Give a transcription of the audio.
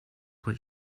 what